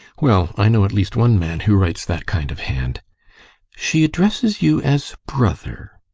well, i know at least one man who writes that kind of hand she addresses you as brother.